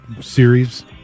series